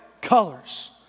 colors